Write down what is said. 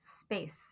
space